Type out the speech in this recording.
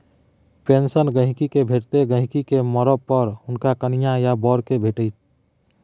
pension गहिंकी केँ भेटतै गहिंकी केँ मरब पर हुनक कनियाँ या बर केँ भेटतै